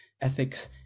ethics